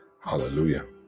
Hallelujah